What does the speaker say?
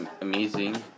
amazing